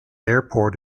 airport